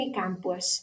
campus